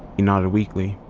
he nodded weakly.